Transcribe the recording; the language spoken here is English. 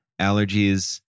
allergies